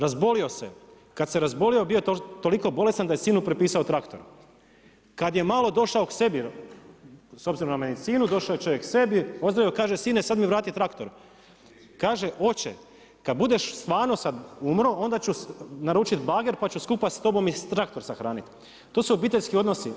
Razbolio se, kad se razbolio bio je toliko bolestan da je sinu prepisao traktor, kad je malo došao k sebi s obzirom na medicinu, ozdravio, kaže sine sad mi vrati traktor, kaže oče, kad budeš stvarno sad umro, onda ću naručiti bager pa ću skupa s tobom i traktor sahraniti, to su obiteljski odnosi.